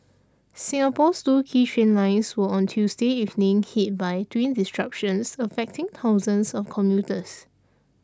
Singapore's two key train lines were on Tuesday evening hit by twin disruptions affecting thousands of commuters